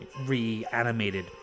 Reanimated